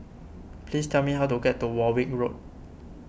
please tell me how to get to Warwick Road